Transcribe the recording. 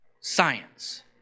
science